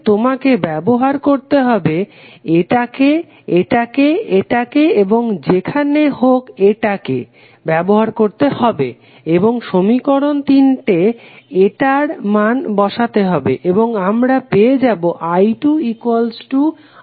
তোমাকে ব্যবহার করতে হবে এটাকে এটাকে এটাকে এবং যেখানে হোক এটাকে ব্যবহার করতে হবে এবং সমীকরণ তিনে এটার মান বসাতে হবে এবং আমরা পাবো i2i3 3i4